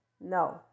No